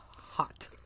hot